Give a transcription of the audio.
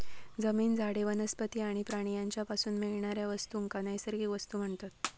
जमीन, झाडे, वनस्पती आणि प्राणी यांच्यापासून मिळणाऱ्या वस्तूंका नैसर्गिक वस्तू म्हणतत